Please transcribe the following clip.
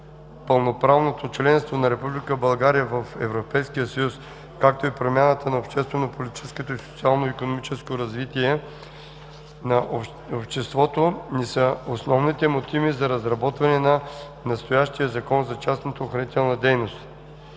България в Европейския съюз, както и промяната на обществено-политическото и социално-икономическото развитие на обществото ни са основните мотиви за разработването на настоящия Закон за частната охранителна дейност.